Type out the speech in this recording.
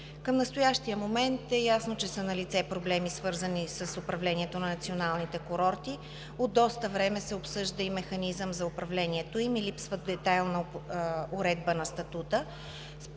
Към настоящия момент е ясно, че са налице проблеми, свързани с управлението на националните курорти. От доста време се обсъжда и механизъм за управлението им и липсва детайлна уредба на статута.